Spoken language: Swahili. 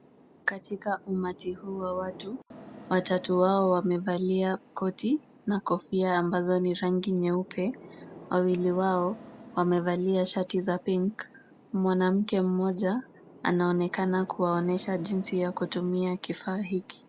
Katika umati huu wa watu, watatu wao wamevalia koti na kofia ambazo ni rangi nyeupe. Wawili hao wamevalia shati za pink . Mwanamke mmoja anaonekana kuwaonyesha jinsi ya kutumia kifaa hiki.